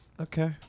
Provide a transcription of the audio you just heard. Okay